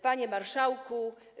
Panie Marszałku!